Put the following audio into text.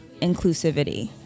inclusivity